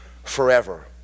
Forever